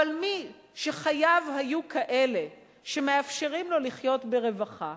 אבל מי שחייו היו כאלה שמאפשרים לו לחיות ברווחה,